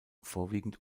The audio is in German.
vorwiegend